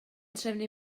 trefnu